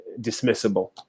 dismissible